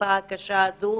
בתקופה הקשה הזו.